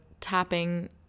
tapping